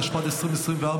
התשפ"ד 2024,